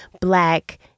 black